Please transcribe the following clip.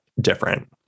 different